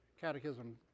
catechism